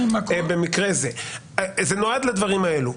זה נועד לדברים האלו.